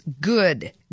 good